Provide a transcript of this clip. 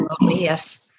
yes